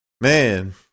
Man